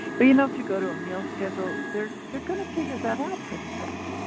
but you know if you go to a meal schedule, they're gonna figure that out pretty fast.